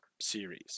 series